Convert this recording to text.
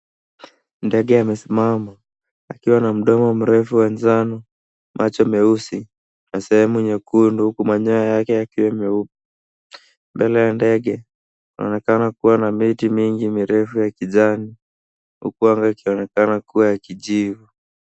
Ndege amesimama akiwa na mdomo mrefu wa njano ,macho meusi na sehemu nyekundu huku manyoa yake yakiwa nyeupe. Mbele ya ndege inaonekana kuwa na miti mingi mirefu ya kijani huku anga ikionekana kuwa ya kijivu.